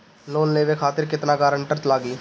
Loan लेवे खातिर केतना ग्रानटर लागी?